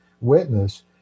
witness